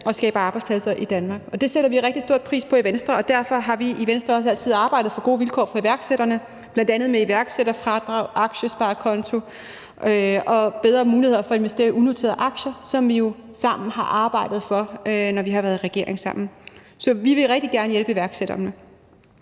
og skaber arbejdspladser i Danmark. Det sætter vi rigtig stor pris på i Venstre, og derfor har vi i Venstre også altid arbejdet for gode vilkår for iværksætterne, bl.a. med iværksætterfradrag, aktiesparekonto og bedre muligheder for at investere i unoterede aktier. Det har vi jo sammen arbejdet for, når vi har været i regering. Så vi vil rigtig gerne hjælpe iværksætterne.